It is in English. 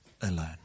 alone